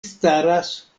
staras